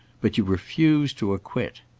but you refuse to acquit.